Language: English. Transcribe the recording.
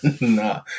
Nah